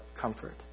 comfort